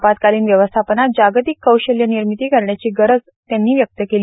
आपत्कालीन व्यवस्थापनात जागतिक कौशल्य निर्मिती करण्याची गरज त्यांनी व्यक्त केली